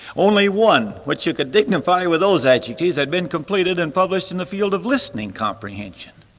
only one which you could dignify with those adjectives had been completed and published in the field of listening comprehension.